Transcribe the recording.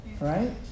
right